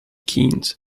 keynes